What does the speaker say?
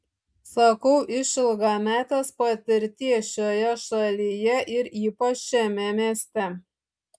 sakau iš ilgametės patirties šioje šalyje ir ypač šiame mieste